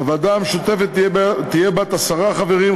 הוועדה המשותפת תהיה בת עשרה חברים,